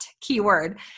keyword